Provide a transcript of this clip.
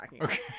Okay